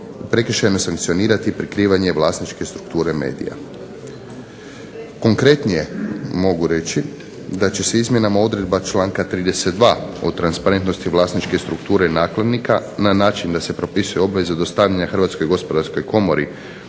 prekršajno sankcionirati prikrivanje vlasničke strukture medija. Konkretnije mogu reći da će se izmjenama odredaba članka 32. o transparentnosti vlasničke strukture nakladnika na način da se propisuje obveza dostavljanja Hrvatskog gospodarskoj komori